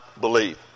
believe